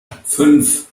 fünf